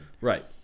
Right